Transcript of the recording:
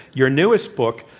your newest book,